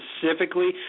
specifically